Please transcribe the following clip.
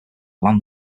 land